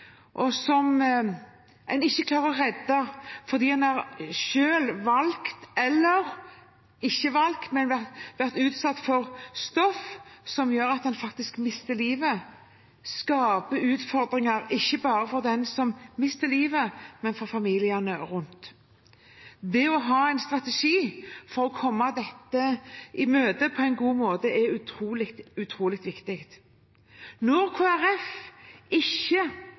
og som en ikke klarer å redde fordi de selv har valgt – eller ikke valgt, men vært utsatt for – stoff som gjør at de faktisk mister livet, skaper utfordringer også for familiene rundt. Det å ha en strategi for å komme dette i møte på en god måte er utrolig viktig. Når Kristelig Folkeparti ikke